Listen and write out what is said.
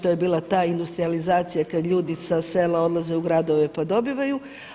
To je bila ta industrijalizacija kada ljudi sa sela odlaze u gradove pa dobivaju.